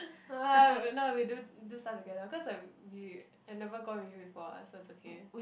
no lah no we do do stuff together cause like we I never gone with you before what so is okay